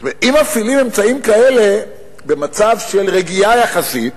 אם מפעילים אמצעים כאלה במצב של רגיעה יחסית,